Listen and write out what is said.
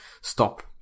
stop